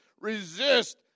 resist